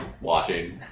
watching